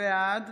בעד